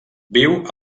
viu